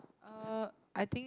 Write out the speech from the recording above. uh I think